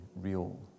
real